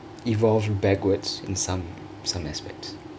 evolved backwards in some some aspects